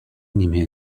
نیمه